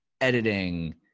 editing